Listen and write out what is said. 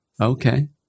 Okay